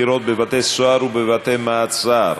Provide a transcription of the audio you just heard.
גם הצעה זו עברה בקריאה טרומית ותעבור לוועדת העבודה,